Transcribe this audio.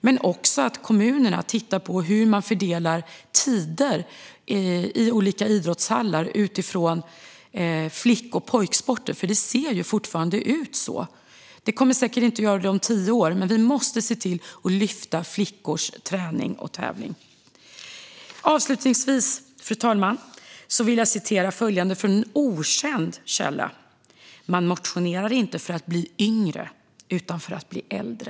Men också kommunerna måste titta på idrottshallarnas fördelning av tider utifrån flick och pojksporter. Det kommer säkert inte att se likadant ut om tio år, men vi måste lyfta fram flickors träning och tävling. Avslutningsvis, fru talman, vill jag citera följande från en okänd källa: "Man motionerar inte för att bli yngre utan för att bli äldre."